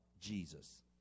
Jesus